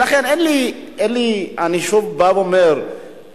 אני שוב בא ואומר,